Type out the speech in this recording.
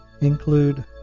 include